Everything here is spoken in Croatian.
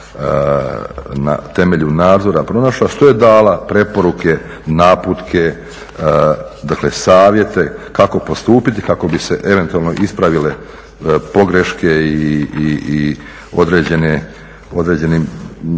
na temelju nadzora pronašla, što je dala preporuke, naputke, dakle savjete kako postupiti kako bi se eventualno ispravile pogreške i određeni mehanizmi